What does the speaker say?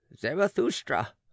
zarathustra